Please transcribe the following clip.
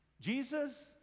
Jesus